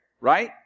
right